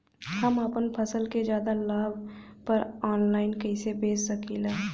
हम अपना फसल के ज्यादा लाभ पर ऑनलाइन कइसे बेच सकीला?